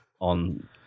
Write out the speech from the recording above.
on